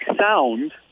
sound